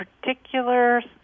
particular